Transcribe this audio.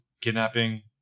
kidnapping